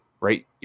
right